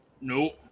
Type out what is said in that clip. No